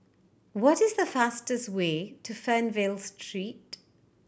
what is the fastest way to Fernvale Street